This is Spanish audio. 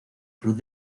cruz